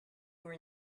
were